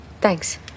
Thanks